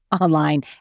online